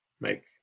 make